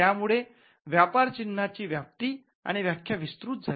त्या मुळे व्यापार चिन्हाची व्याप्ती आणि व्याख्या विस्तृत झाली